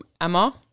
Emma